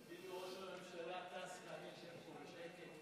תגידו, ראש הממשלה טס ואני אשב פה בשקט?